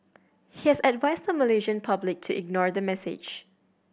he has advised the Malaysian public to ignore the message